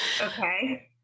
Okay